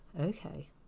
Okay